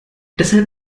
deshalb